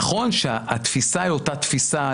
נכון שהתפיסה היא אותה תפיסה,